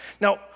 Now